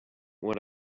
what